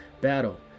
battle